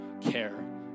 care